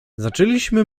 zaczęliśmy